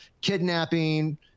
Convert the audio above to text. kidnapping